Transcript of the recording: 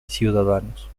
ciudadanos